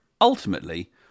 ultimately